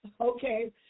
Okay